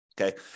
Okay